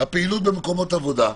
השני, תקנות הפעילות במקומות עבודה,